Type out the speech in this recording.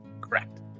Correct